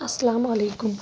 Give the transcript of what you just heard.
السلامُ علیکُم